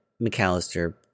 McAllister